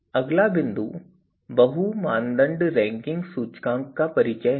अगला बिंदु बहु मानदंड रैंकिंग सूचकांक का परिचय है